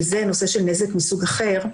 וזה נושא של נזק מסוג אחר,